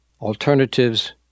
alternatives